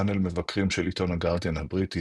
פאנל מבקרים של עיתון הגארדיאן הבריטי